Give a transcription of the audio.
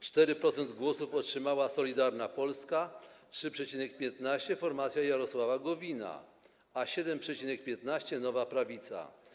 4% głosów otrzymała Solidarna Polska, 3,15% - formacja Jarosława Gowina, a 7,15% -Nowa Prawica.